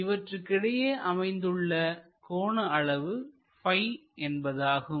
இவற்றுக்கிடையே அமைந்துள்ள கோண அளவு ப்பி என்பதாகும்